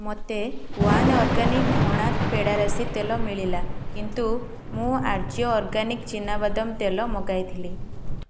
ମୋତେ one organic ଘଣା ପେଡ଼ା ରାଶି ତେଲ ମିଳିଲା କିନ୍ତୁ ମୁଁ ଆର୍ଯ୍ୟ ଅର୍ଗାନିକ୍ ଚିନାବାଦାମ ତେଲ ମଗାଇଥିଲି